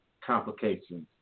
complications